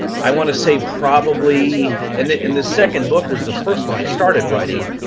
i wanna say probably, and the and the second book was the first one i started writing,